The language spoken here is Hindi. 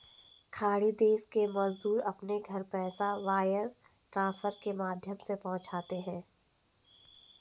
खाड़ी देश के मजदूर अपने घर पैसा वायर ट्रांसफर के माध्यम से पहुंचाते है